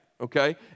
Okay